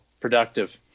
productive